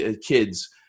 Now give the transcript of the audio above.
kids